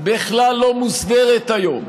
בכלל לא מוסדרת היום.